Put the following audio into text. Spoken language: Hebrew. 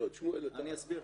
אני אסביר.